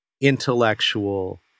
intellectual